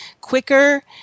quicker